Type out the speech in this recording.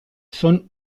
son